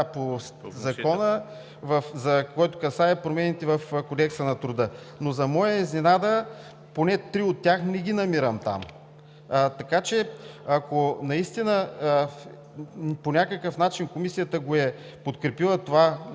от Закона, който касае промените в Кодекса на труда, но за моя изненада поне три от тях не намирам там, така че ако наистина по някакъв начин Комисията е подкрепила това